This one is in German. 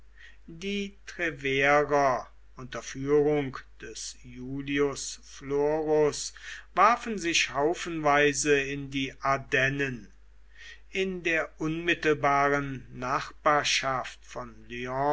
die treuerer unter führung des iulius florus warfen sich haufenweise in die ardennen in der unmittelbaren nachbarschaft von